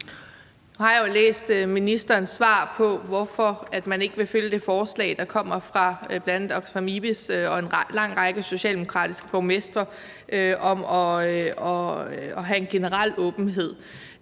Nu har jeg jo læst ministerens svar på, hvorfor man ikke vil følge det forslag, der kommer fra bl.a. Oxfam IBIS og en lang række socialdemokratiske borgmestre, om at have en generel åbenhed.